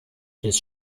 des